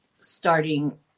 starting